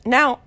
Now